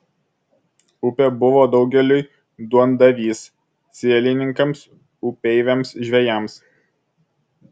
upė buvo daugeliui duondavys sielininkams upeiviams žvejams